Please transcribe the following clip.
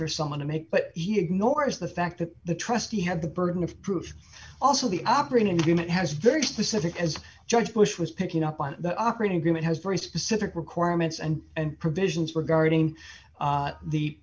for someone to make but he ignores the fact that the trustee have the burden of proof also the operating agreement has very specific as judge bush was picking up on the operating agreement has very specific requirements and and provisions regarding